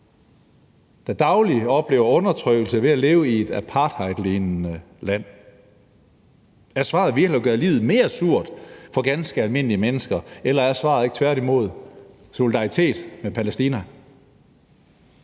der dagligt oplever undertrykkelse ved at leve i et apartheidlignende land? Er svaret virkelig at gøre livet mere surt for ganske almindelige mennesker? Eller er svaret ikke tværtimod solidaritet med Palæstina?